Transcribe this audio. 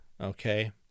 Okay